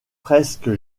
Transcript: presque